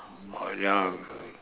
oh ya